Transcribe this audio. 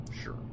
Sure